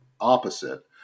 opposite